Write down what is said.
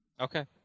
okay